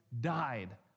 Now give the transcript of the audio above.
died